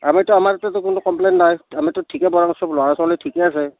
আমিতো আমাৰতো একো কোনো কমপ্লেইন নাই আমিতো ঠিকেই পঢ়াওঁ সব ল'ৰা ছোৱালী ঠিকেই আছে